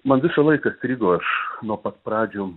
man visą laiką strigo aš nuo pat pradžių